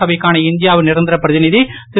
சபைக்கான இந்தியாவின் நிரந்தர பிரதிநீதி திரு